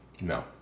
No